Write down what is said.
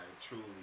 truly